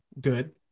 good